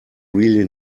really